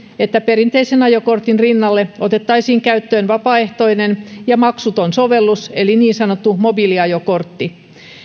että perinteisen ajokortin rinnalle otettaisiin käyttöön vapaaehtoinen ja maksuton sovellus eli niin sanottu mobiiliajokortti